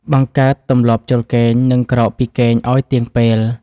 បង្កើតទម្លាប់ចូលគេង និងក្រោកពីគេងឱ្យទៀងពេល។